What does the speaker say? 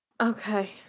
Okay